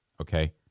Okay